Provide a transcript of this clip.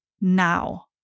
now